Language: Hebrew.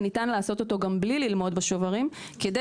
וניתן לעשות אותו גם בלי ללמוד בשוברים כדי